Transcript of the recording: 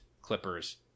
Clippers